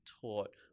taught